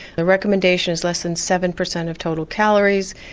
the recommendation is less than seven percent of total calories,